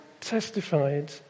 testified